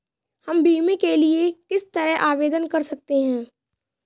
हम बीमे के लिए किस तरह आवेदन कर सकते हैं?